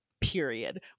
period